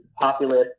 populist